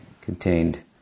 contained